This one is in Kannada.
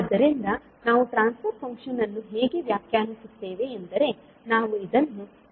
ಆದ್ದರಿಂದ ನಾವು ಟ್ರಾನ್ಸ್ ಫರ್ ಫಂಕ್ಷನ್ ಅನ್ನು ಹೇಗೆ ವ್ಯಾಖ್ಯಾನಿಸುತ್ತೇವೆ ಎಂದರೆ ನಾವು ಇದನ್ನು ಸಾಮಾನ್ಯವಾಗಿ Hs ಎಂದು ಕರೆಯುತ್ತೇವೆ